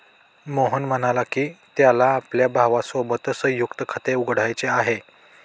मोहन म्हणाला की, त्याला आपल्या भावासोबत संयुक्त खाते उघडायचे आहे